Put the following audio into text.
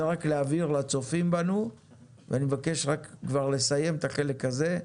זה רק להבהיר לצופים בנו ואני מבקש לסיים את החלק הזה.